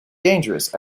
dangerous